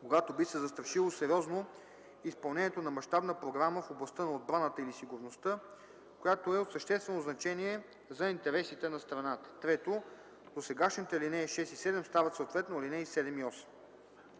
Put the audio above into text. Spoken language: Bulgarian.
когато би се застрашило сериозно изпълнението на мащабна програма в областта на отбраната или сигурността, която е от съществено значение за интересите на страната.” 3. Досегашните ал. 6 и 7 стават съответно ал. 7